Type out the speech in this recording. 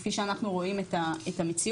כפי שאנחנו רואים את המציאות,